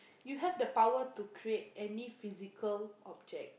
you have the power to create any physical object